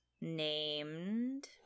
named